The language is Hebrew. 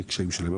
קשיים שונים.